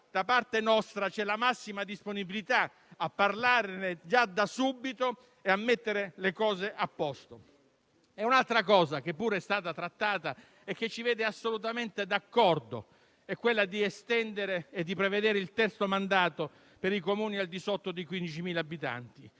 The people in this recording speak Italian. Da parte nostra c'è la massima disponibilità a parlarne da subito e a mettere le cose a posto. Un'altra questione, che pure è stata trattata e che ci vede assolutamente d'accordo, è prevedere il terzo mandato per i Comuni al di sotto dei 15.000 abitanti.